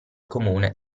comune